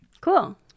cool